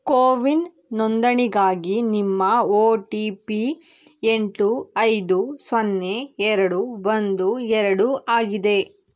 ಕೋವಿನ್ ನೋಂದಣಿಗಾಗಿ ನಿಮ್ಮ O T P ಎಂಟು ಐದು ಸೊನ್ನೆ ಎರಡು ಒಂದು ಎರಡು ಆಗಿದೆ